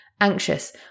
anxious